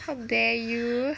how dare you